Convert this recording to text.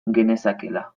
genezakeela